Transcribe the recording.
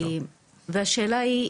השאלה היא,